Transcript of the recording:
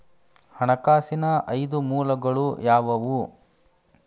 ಹಣಕಾಸಿನ ಐದು ಮೂಲಗಳು ಯಾವುವು?